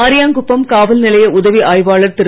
அரியாங்குப்பம் காவல் நிலைய உதவி ஆய்வாளர் திரு